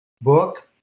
book